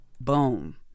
boom